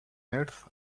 earth